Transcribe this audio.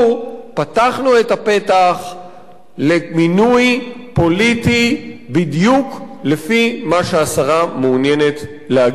פתחנו את הפתח למינוי פוליטי בדיוק לפי מה שהשרה מעוניינת להגיע אליו,